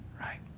right